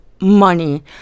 money